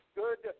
good